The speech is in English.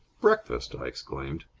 breakfast! i exclaimed.